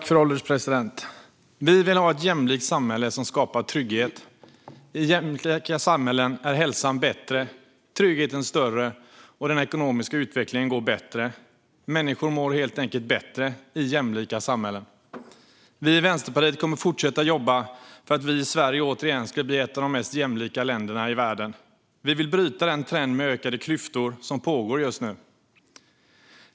Fru ålderspresident! Vi vill ha ett jämlikt samhälle som skapar trygghet. I jämlika samhällen är hälsan bättre, tryggheten större och den ekonomiska utvecklingen bättre. Människor mår helt enkelt bättre i jämlika samhällen. Vi i Vänsterpartiet kommer att fortsätta jobba för att Sverige återigen ska bli ett av de mest jämlika länderna i världen. Vi vill bryta den trend med ökande klyftor som pågår just nu.